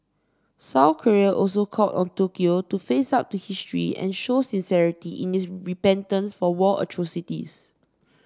South Korea also called on Tokyo to face up to history and show sincerity in its repentance for war atrocities